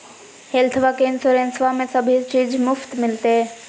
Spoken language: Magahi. हेल्थबा के इंसोरेंसबा में सभे चीज मुफ्त मिलते?